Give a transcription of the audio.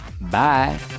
Bye